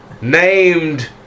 Named